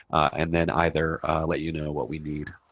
and then either let you know what we need.